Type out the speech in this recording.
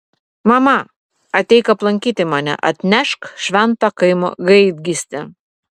mama ateik aplankyti mane atnešk šventą kaimo gaidgystę